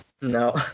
No